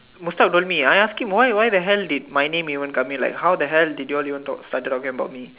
Mustad told me I asked him why why the hell did my name even come in like how the hell did you all talk started talking about me